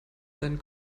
seinen